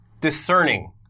discerning